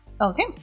Okay